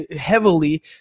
heavily